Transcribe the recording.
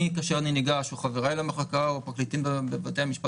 אני וחבריי במחלקה ופרקליטים בבתי המשפט